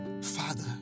father